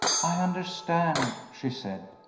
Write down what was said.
i understand, she said.